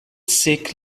sick